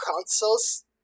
consoles